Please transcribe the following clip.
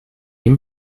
ihm